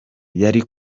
yari